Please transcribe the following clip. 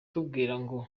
ngo